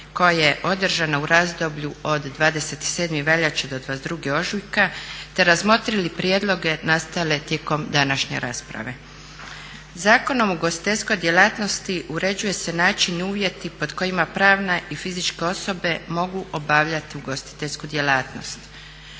koja je održana u razdoblju od 27. veljače do 22. ožujka te razmotrili prijedloge nastale tijekom današnje rasprave. Zakonom o ugostiteljskoj djelatnosti uređuje se način i uvjeti pod kojima pravne i fizičke osobe mogu obavljati ugostiteljsku djelatnost.